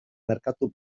merkatu